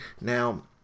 now